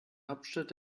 hauptstadt